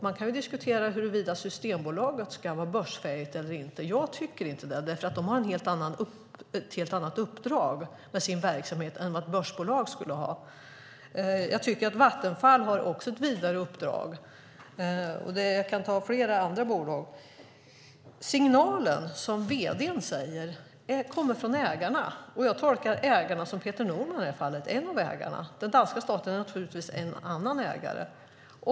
Man kan diskutera huruvida Systembolaget ska vara börsfähigt eller inte. Jag tycker inte det, för de har ett helt annat uppdrag för sin verksamhet än vad ett börsbolag skulle ha. Jag tycker att Vattenfall också har ett vidare uppdrag. Jag kan ta flera andra bolag som exempel. Signalen kommer från ägarna, som vd:n säger, och jag tolkar det som att en av ägarna är Peter Norman i det här fallet. Den danska staten är naturligtvis en annan ägare.